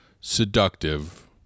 seductive